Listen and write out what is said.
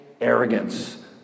arrogance